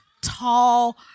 tall